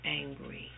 angry